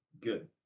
good